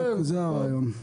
זה הרעיון.